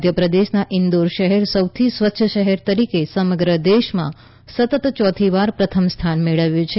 મધ્યપ્રદેશનાં ઈન્દોર શહેરે સૌથી સ્વચ્છ શહેર તરીકે સમગ્ર દેશમાં સતત ચોથી વાર પ્રથમ સ્થાન મેળવ્યું છે